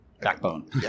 backbone